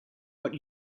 but